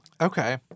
okay